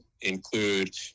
include